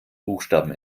buchstaben